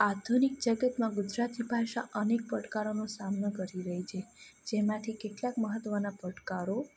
આધુનિક જગતમાં ગુજરાતી ભાષા અનેક પડકારોનો સામનો કરી રહી છે જેમાંથી કેટલાક મહત્વના પડકારો